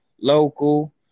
local